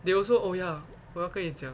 they also oh ya 我要跟你讲